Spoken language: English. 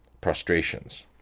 prostrations